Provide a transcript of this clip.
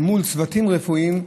למול צוותים רפואיים,